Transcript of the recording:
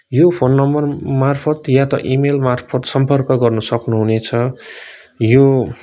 यो phone number मार्फत या त इमेल मार्फत सम्पर्क गर्न सक्नुहुनेछ यो